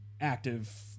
active